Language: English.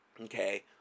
Okay